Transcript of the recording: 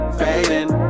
fading